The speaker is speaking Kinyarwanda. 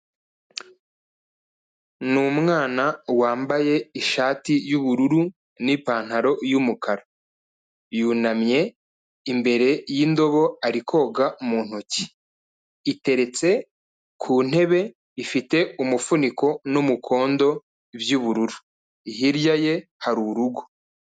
Ni mwana wambaye ishati y'ubururu n'ipantaro y'umukara, yunamye imbere y'indobo ari koga mu ntoki, iteretse ku ntebe ifite umufuniko n'umukondo by'ubururu, hirya ye hari urugo.